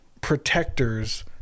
protectors